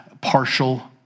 partial